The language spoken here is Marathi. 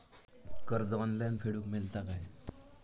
कर्ज ऑनलाइन फेडूक मेलता काय?